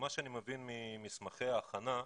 ממה שאני מבין ממסמכי ההכנה,